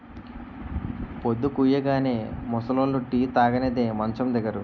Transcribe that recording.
పొద్దుకూయగానే ముసలోళ్లు టీ తాగనిదే మంచం దిగరు